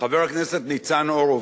חבר הכנסת ניצן הורוביץ,